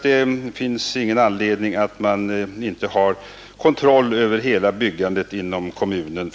Det finns ingen anledning till att byggnadsnämnden inte skulle ha kontroll över hela byggandet inom kommunen.